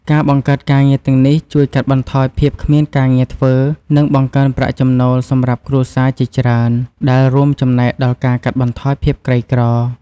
ការបង្កើតការងារទាំងនេះជួយកាត់បន្ថយភាពគ្មានការងារធ្វើ និងបង្កើនប្រាក់ចំណូលសម្រាប់គ្រួសារជាច្រើន ដែលរួមចំណែកដល់ការកាត់បន្ថយភាពក្រីក្រ។